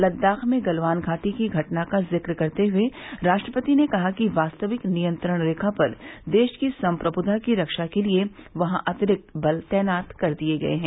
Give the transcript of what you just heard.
लद्दाख में गलवान घाटी की घटना का जिक्र करते हुए राष्ट्रपति ने कहा कि वास्तविक नियंत्रण रेखा पर देश की संप्रभुता की रक्षा के लिए वहां अतिरिक्त बल तैनात कर दिए गए है